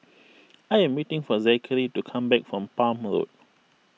I am waiting for Zachery to come back from Palm Road